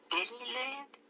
Disneyland